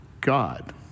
God